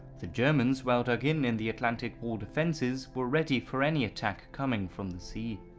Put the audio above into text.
the germans, well dug-in in the atlantic wall defences were ready for any attack coming from the sea.